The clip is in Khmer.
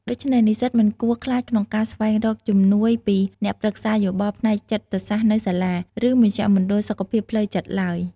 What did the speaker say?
ដូច្នេះ និស្សិតមិនគួរខ្លាចក្នុងការស្វែងរកជំនួយពី អ្នកប្រឹក្សាយោបល់ផ្នែកចិត្តសាស្រ្តនៅសាលា ឬមជ្ឈមណ្ឌលសុខភាពផ្លូវចិត្តឡើយ។